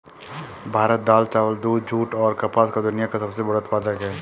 भारत दाल, चावल, दूध, जूट, और कपास का दुनिया का सबसे बड़ा उत्पादक है